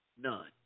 None